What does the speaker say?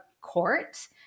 court